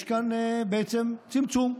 יש כאן בעצם צמצום,